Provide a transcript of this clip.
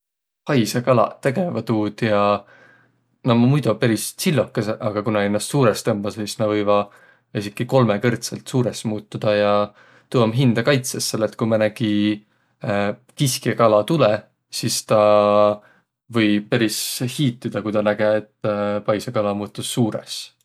Paisõkalaq tegeväq tuud ja nä ommaq muido peris tsill'okõsõq, aga ku nä hindä suurõs tõmbasõq, sis nä võivaq esiki kolmõkõrdsõlt suurõs muutudaq ja tuu om hindäkaitsõs, selle et ku määnegi kiskja kala tulõ, sis tä või peris hiitüdaq, ku tä näge, et paisõkala muutus suurõs.